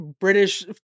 british